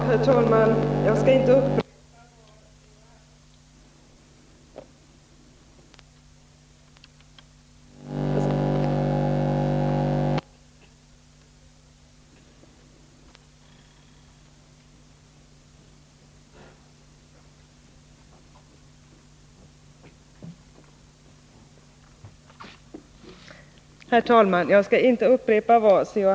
Herr talman! Jag skall inte upprepa vad C.-H.